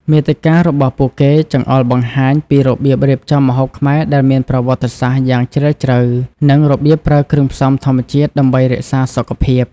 មាតិការបស់ពួកគេចង្អុលបង្ហាញពីរបៀបរៀបចំម្ហូបខ្មែរដែលមានប្រវត្តិសាស្ត្រយ៉ាងជ្រាលជ្រៅ និងរបៀបប្រើគ្រឿងផ្សំធម្មជាតិដើម្បីរក្សាសុខភាព។